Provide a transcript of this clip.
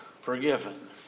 Forgiven